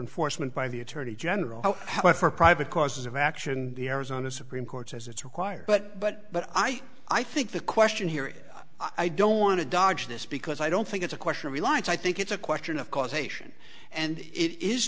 foresman by the attorney general however private courses of action arizona supreme court says it's required but but but i i think the question here is i don't want to dodge this because i don't think it's a question of the lines i think it's a question of causation and it is